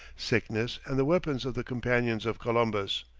sickness, and the weapons of the companions of columbus.